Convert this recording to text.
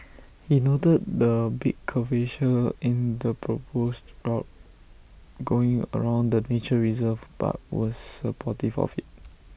he noted the big curvature in the proposed route going around the nature reserve but was supportive of IT